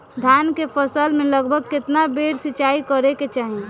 धान के फसल मे लगभग केतना बेर सिचाई करे के चाही?